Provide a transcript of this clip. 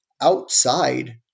outside